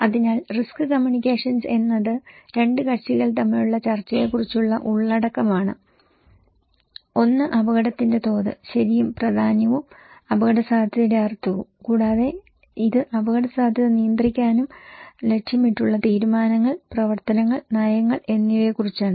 അതിനാൽ risk communications എന്നത് രണ്ട് കക്ഷികൾ തമ്മിലുള്ള ചർച്ചയെക്കുറിച്ചുള്ള ഉള്ളടക്കമാണ് ഒന്ന് അപകടത്തിന്റെ തോത് ശരിയും പ്രാധാന്യവും അപകടസാധ്യതയുടെ അർത്ഥവും കൂടാതെ ഇത് അപകടസാധ്യത നിയന്ത്രിക്കാനും നിയന്ത്രിക്കാനും ലക്ഷ്യമിട്ടുള്ള തീരുമാനങ്ങൾ പ്രവർത്തനങ്ങൾ നയങ്ങൾ എന്നിവയെക്കുറിച്ചാണ്